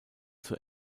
zur